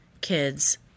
kids